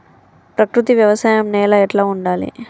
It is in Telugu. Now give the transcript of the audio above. ప్రకృతి వ్యవసాయం నేల ఎట్లా ఉండాలి?